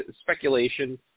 speculation